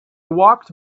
walked